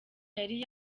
yari